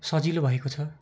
सजिलो भएको छ